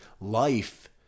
life